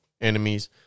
enemies